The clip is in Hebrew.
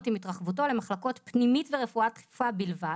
עם התרחבותו למחלקות פנימית ורפואה דחופה בלבד,